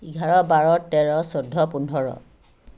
এঘাৰ বাৰ তেৰ চৈধ্য পোন্ধৰ